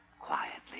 quietly